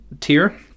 tier